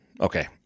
Okay